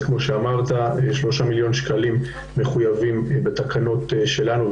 אז כמו שאמרת שלושה מיליון שקלים מחויבים בתקנות שלנו,